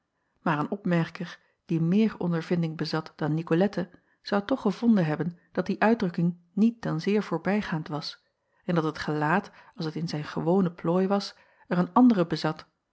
maar een opmerker die meer ondervinding bezat dan icolette zou toch gevonden hebben dat die uitdrukking niet dan zeer voorbijgaand was en dat het gelaat als t in zijnen gewonen plooi was er een andere bezat